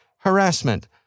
Harassment